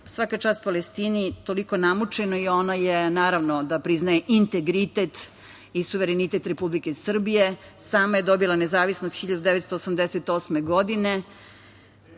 svaka čast Palestini, toliko namučenoj. Naravno da ona priznaje integritet i suverenitet Republike Srbije. Sama je dobila nezavisnost 1988. godine.